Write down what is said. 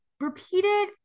Repeated